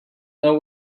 know